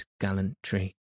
gallantry